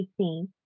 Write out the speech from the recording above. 18